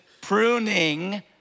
pruning